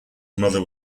mother